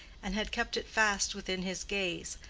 and had kept it fast within his gaze,